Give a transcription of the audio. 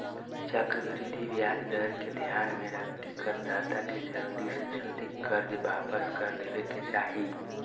चक्रवृद्धि ब्याज दर के ध्यान में रखके करदाता के जल्दी से जल्दी कर्ज वापस कर देवे के चाही